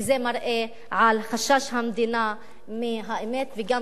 וזה מראה על חשש המדינה מהאמת וגם,